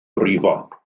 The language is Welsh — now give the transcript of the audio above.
brifo